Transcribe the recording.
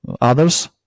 others